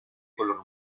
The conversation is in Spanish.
color